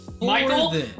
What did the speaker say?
Michael